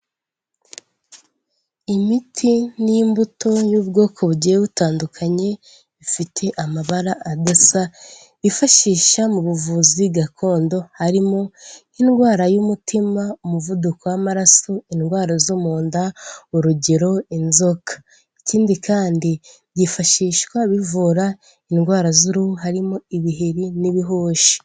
Imiti n'imbuto y'ubwoko bugiye butandukanye, bifite amaba adasa, ifashisha mu buvuzi gakondo harimo; nk'indwara y'umutima, umuvuduko w'amaraso, indwara zo mu nda urugero inzoka. Ikindi kandi yifashishwa bivura indwara z'uruhu harimo ibiheri n'ibihushi.